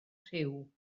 rhyw